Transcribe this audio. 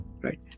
right